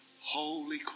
Holy